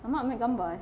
ahmad ambil gambar eh